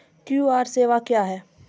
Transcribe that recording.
QR सेवा क्या हैं?